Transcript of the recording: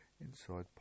inside